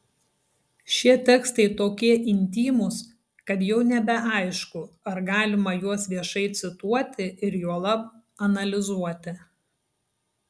šie tekstai tokie intymūs kad jau nebeaišku ar galima juos viešai cituoti ir juolab analizuoti